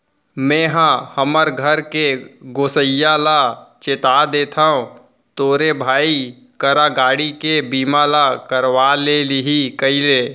मेंहा हमर घर के गोसइया ल चेता देथव तोरे भाई करा गाड़ी के बीमा ल करवा ले ही कइले